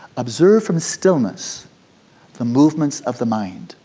observe from stillness the movements of the mind